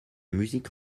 musique